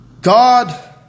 God